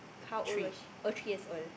how old was she oh three years old